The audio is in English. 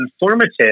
informative